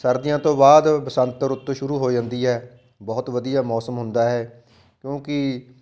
ਸਰਦੀਆਂ ਤੋਂ ਬਾਅਦ ਬਸੰਤ ਰੁੱਤ ਸ਼ੁਰੂ ਹੋ ਜਾਂਦੀ ਹੈ ਬਹੁਤ ਵਧੀਆ ਮੌਸਮ ਹੁੰਦਾ ਹੈ ਕਿਉਂਕਿ